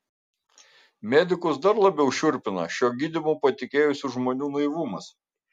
medikus dar labiau šiurpina šiuo gydymu patikėjusių žmonių naivumas